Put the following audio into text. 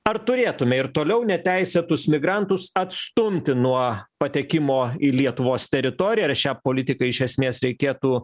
ar turėtume ir toliau neteisėtus migrantus atstumti nuo patekimo į lietuvos teritoriją ir šią politiką iš esmės reikėtų